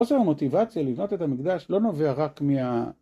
‫חוסר המוטיבציה לבנות את המקדש ‫לא נובע רק מה...